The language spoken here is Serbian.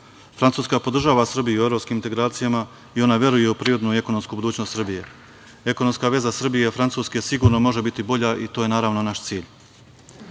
evra. Francuska podržava Srbiju u evropskim integracijama i ona veruje u privrednu i ekonomsku budućnost Srbije. Ekonomska veza Srbije i Francuske sigurno može biti bolja i to je, naravno, naš